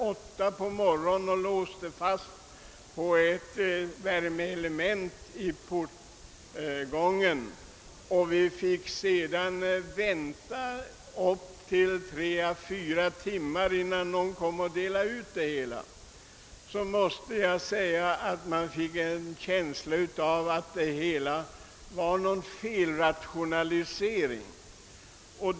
8 på morgonen och låser fast den på ett värmeelement i portgången och det sedan dröjer upp till tre å fyra timmar innan posten delas ut, får man en känsla av att det måste vara fråga om någon felrationalisering.